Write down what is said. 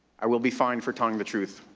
i will be fine for telling the truth.